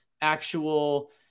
actual